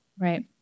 Right